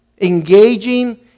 engaging